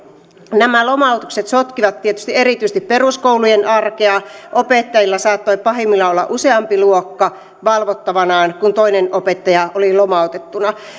nämä lomautukset sotkivat tietysti erityisesti peruskoulujen arkea opettajalla saattoi pahimmillaan olla useampi luokka valvottavanaan kun toinen opettaja oli lomautettuna